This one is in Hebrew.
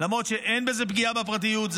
למרות שאין בזה פגיעה בפרטיות,